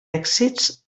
èxits